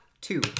Two